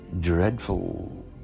dreadful